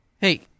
Hey